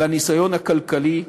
לניסיון הכלכלי,